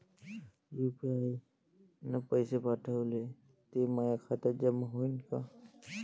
UPI न पैसे पाठवले, ते माया खात्यात जमा होईन का?